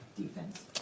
defense